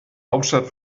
hauptstadt